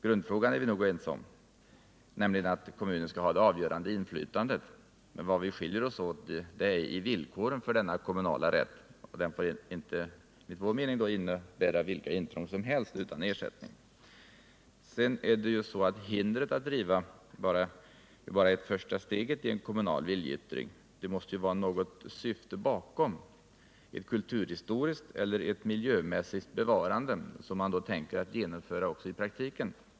Grundprincipen är vi nog ense om, nämligen att kommunen skall ha det avgörande inflytandet. Vad som skiljer oss åt är synen på villkoren för denna kommunala rätt. Den får enligt vår mening inte innebära vilka intrång som helst utan ersättning. 67 Hindret att riva är bara det första steget i en kommunal viljeyttring. Det måste vara något syfte bakom — ett kulturhistoriskt eller miljömässigt bevarande som man tänker genomföra också i praktiken.